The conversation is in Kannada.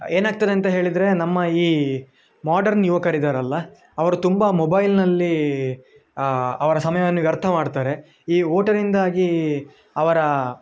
ಏನಾಗ್ತದೆ ಅಂತ ಹೇಳಿದರೆ ನಮ್ಮ ಈ ಮಾಡರ್ನ್ ಯುವಕರಿದಾರಲ್ಲಾ ಅವರು ತುಂಬ ಮೊಬೈಲ್ನಲ್ಲಿ ಅವರ ಸಮಯವನ್ನು ವ್ಯರ್ಥ ಮಾಡ್ತಾರೆ ಈ ಓಟದಿಂದಾಗಿ ಅವರ